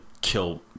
kill